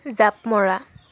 জাঁপ মৰা